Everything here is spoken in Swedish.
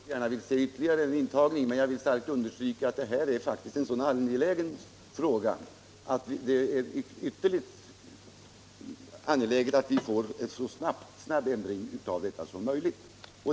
Herr talman! Jag förstår att statsrådet gärna vill studera ytterligare en intagning, men jag vill starkt understryka att detta faktiskt är en så viktig fråga att det är ytterligt angeläget att vi får en så snabb ändring av intagningssystemet som möjligt.